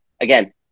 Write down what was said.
again